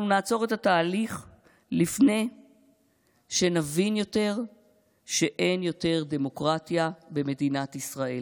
אנחנו נעצור את התהליך לפני שנבין שאין יותר דמוקרטיה במדינת ישראל.